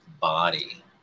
body